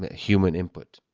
human input.